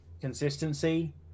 consistency